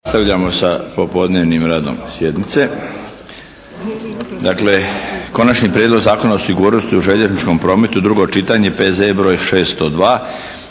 Nastavljamo sa popodnevnim radom sjednice. 16. Konačni prijedlog Zakona o sigurnosti u željezničkom prometu, drugo čitanje, P.Z.E. br. 602